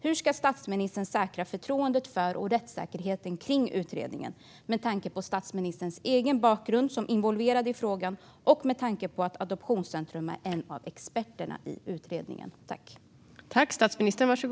Hur ska statsministern säkra förtroendet för och rättssäkerheten i utredningen med tanke på statsministerns egen bakgrund som involverad i frågan och med tanke på att en av experterna i utredningen kommer från Adoptionscentrum?